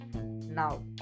now